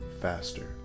faster